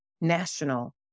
national